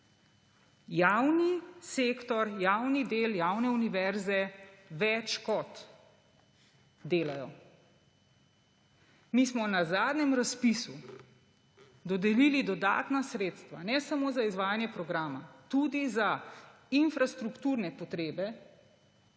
Javni sektor, javni del, javne univerze več kot delajo. Mi smo na zadnjem razpisu dodelili dodatna sredstva ne samo za izvajanje programa, tudi za infrastrukturne potrebe